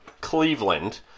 Cleveland